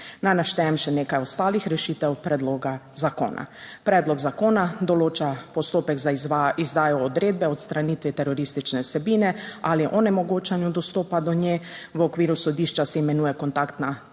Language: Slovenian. Naj naštejem še nekaj ostalih rešitev predloga zakona. Predlog zakona določa postopek za izdajo odredbe o odstranitvi teroristične vsebine ali onemogočanju dostopa do nje. V okviru sodišča se imenuje kontaktna točka